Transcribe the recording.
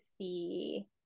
see